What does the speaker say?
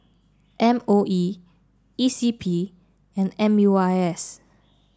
M O E E C P and M U I S